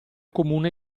comune